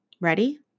Ready